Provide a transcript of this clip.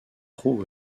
trouve